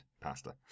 pasta